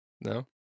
No